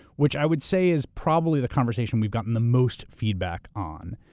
which i would say is probably the conversation we've gotten the most feedback on.